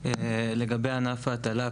לגבי ענף ההטלה,